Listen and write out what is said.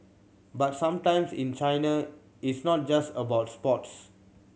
but sometimes in China it's not just about sports